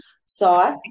Sauce